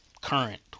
current